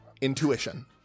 Intuition